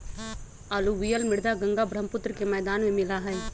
alluvial मृदा गंगा बर्ह्म्पुत्र के मैदान में मिला हई